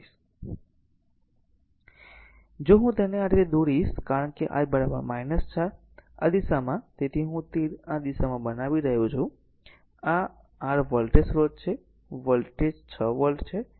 જો હું તેને આ રીતે દોરીશ કારણ કે I 4 આ દિશામાં તેથી હું તીર આ દિશામાં બનાવી રહ્યો છું અને આ r વોલ્ટેજ સ્રોત છે વોલ્ટેજ 6 વોલ્ટ છે